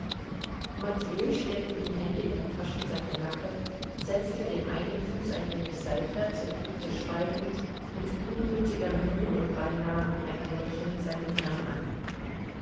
matwei steckte die hände in die taschen seiner jacke setzte den einen fuß ein wenig seitwärts und blickte schweigend mit gutmütiger miene und beinah mit einem lächeln seinen herrn an